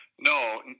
No